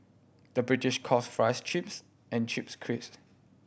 the British calls fries chips and chips